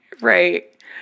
Right